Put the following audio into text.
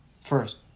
first